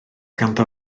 ganddo